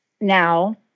now